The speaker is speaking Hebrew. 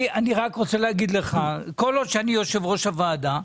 אני רק רוצה להגיד לך שכל עוד אני יושב-ראש הוועדה,